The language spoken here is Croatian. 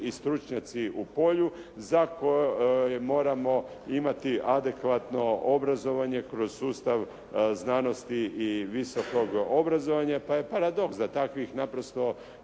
i stručnjaci u polju za koje moramo imati adekvatno obrazovanje kroz sustav znanosti i visokog obrazovanja pa je paradoks da takvih naprosto